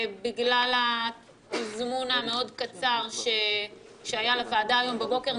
בגלל התזמון המאוד קצר שהיה לוועדה היום בבוקר,